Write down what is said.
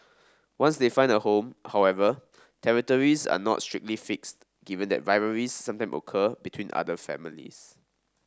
once they find a home however territories are not strictly fixed given that rivalries sometimes occur between otter families